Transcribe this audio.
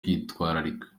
kwitwararika